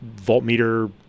voltmeter